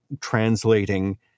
translating